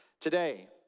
today